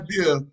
idea